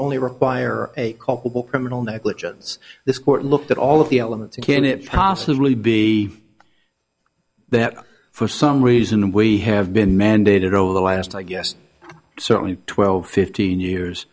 only require a culpable criminal negligence this court looked at all of the elements can it possibly be there for some reason we have been mandated over the last i guess certainly twelve fifteen years